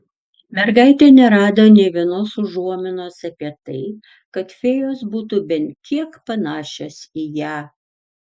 mergaitė nerado nė vienos užuominos apie tai kad fėjos būtų bent kiek panašios į ją